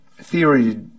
theory